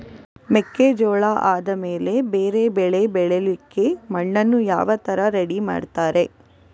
ಮೆಕ್ಕೆಜೋಳ ಆದಮೇಲೆ ಬೇರೆ ಬೆಳೆ ಬೆಳಿಲಿಕ್ಕೆ ಮಣ್ಣನ್ನು ಯಾವ ತರ ರೆಡಿ ಮಾಡ್ತಾರೆ?